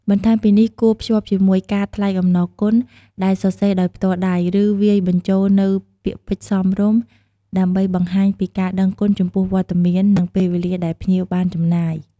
បន្ថែមពីនេះ គួរ ភ្ជាប់ជាមួយកាតថ្លែងអំណរគុណ ដែលសរសេរដោយផ្ទាល់ដៃ ឬវាយបញ្ចូលនូវពាក្យពេចន៍សមរម្យ ដើម្បីបង្ហាញពីការដឹងគុណចំពោះវត្តមាន និងពេលវេលាដែលភ្ញៀវបានចំណាយ។